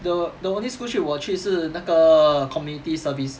the the only school trip 我去是那个 community service